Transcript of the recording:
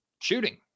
shooting